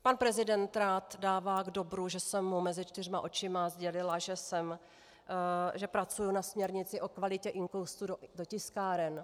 Pan prezident rád dává k dobru, že jsem mu mezi čtyřma očima sdělila, že pracuji na směrnici o kvalitě inkoustu do tiskáren.